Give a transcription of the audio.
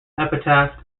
epitaph